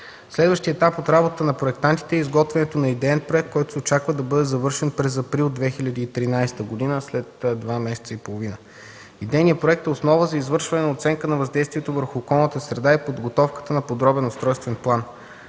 Следващият етап от работата на проектантите е изготвянето на идеен проект, който се очаква да бъде завършен през месец април 2013 г. – след два месеца и половина. Идейният проект е основа за извършване на оценка на въздействието върху околната среда и подготовката на подробен устройствен план.